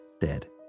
dead